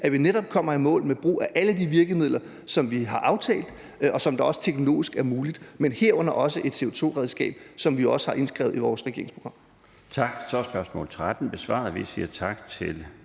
at vi netop kommer i mål med brug af alle de virkemidler, som vi har aftalt, og som er teknologiske muligt, men herunder også et CO2-afgiftsredskab, som vi jo også har indskrevet i vores regeringsprogram. Kl. 14:28 Den fg. formand (Bjarne Laustsen):